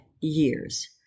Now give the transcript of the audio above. years